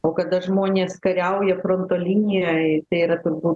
o kada žmonės kariauja fronto linijoj tai yra turbū